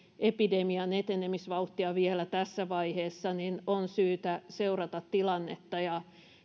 epidemian etenemisvauhtia vielä tässä vaiheessa niin on syytä seurata tilannetta ja